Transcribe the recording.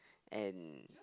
and